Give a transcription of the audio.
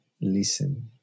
listen